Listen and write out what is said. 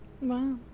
Wow